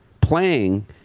Playing